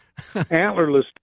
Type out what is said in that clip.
antlerless